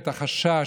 את החשש,